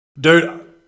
dude